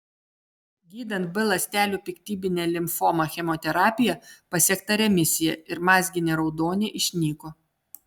gydant b ląstelių piktybinę limfomą chemoterapija pasiekta remisija ir mazginė raudonė išnyko